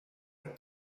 een